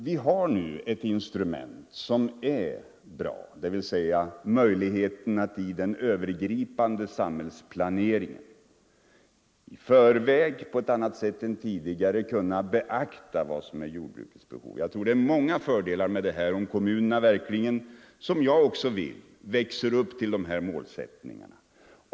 Vi har nu ett instrument som är bra, dvs. möjligheten att i den övergripande samhällsplaneringen i förväg på ett annat sätt än tidigare beakta vad som är jordbrukets behov. Jag tror att det är många fördelar med detta, om kommunerna verkligen — det är min förhoppning också — växer upp till den här målsättningen.